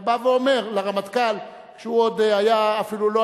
רק בא ואומר לרמטכ"ל: כשהוא עוד אפילו לא